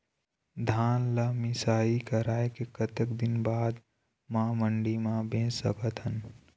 धान ला मिसाई कराए के कतक दिन बाद मा मंडी मा बेच सकथन?